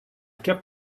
kept